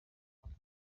aha